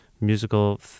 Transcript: musical